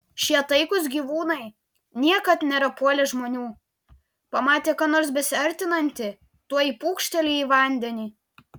šie taikūs gyvūnai niekad nėra puolę žmonių pamatę ką nors besiartinantį tuoj pūkšteli į vandenį